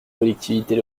collectivités